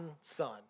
son